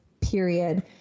period